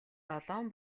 долоон